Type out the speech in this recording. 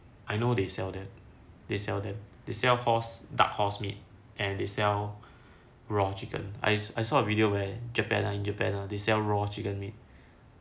I know they sell them they sell them they sell horse dark horse meat and they sell raw chicken I saw I saw a video where japan ah in japan they sell raw chicken meat